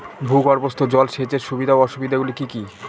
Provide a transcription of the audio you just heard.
ভূগর্ভস্থ জল সেচের সুবিধা ও অসুবিধা গুলি কি কি?